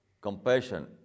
compassion